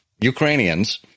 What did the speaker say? Ukrainians